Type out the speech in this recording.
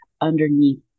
underneath